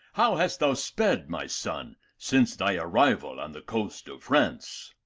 how hast thou sped, my son, since thy arrival on the coast of france?